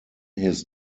his